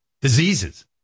diseases